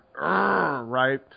right